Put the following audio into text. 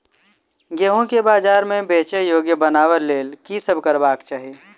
गेंहूँ केँ बजार मे बेचै योग्य बनाबय लेल की सब करबाक चाहि?